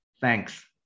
Thanks